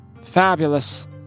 fabulous